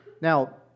Now